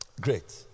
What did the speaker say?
great